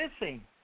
missing